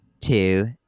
two